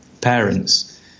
parents